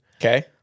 Okay